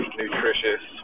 nutritious